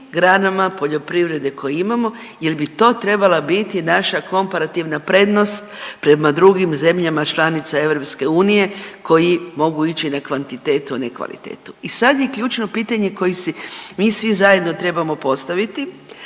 granama poljoprivrede koju imamo, jer bi to trebala biti naša komparativna prednost prema drugim zemljama članicama Europske unije koji mogu ići na kvantitetu, a ne kvalitetu. I sada je ključno pitanje koji si mi svi zajedno trebamo postaviti,